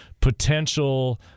potential